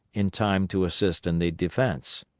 in time to assist in the defence.